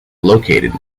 located